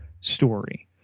story